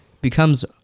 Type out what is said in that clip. becomes